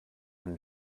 and